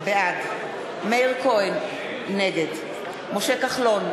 בעד מאיר כהן, נגד משה כחלון,